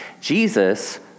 Jesus